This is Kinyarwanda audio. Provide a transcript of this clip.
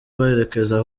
berekeza